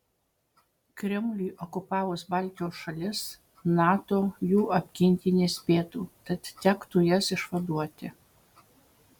kremliui okupavus baltijos šalis nato jų apginti nespėtų tad tektų jas išvaduoti